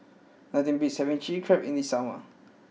nothing beats having Chili Crab in the summer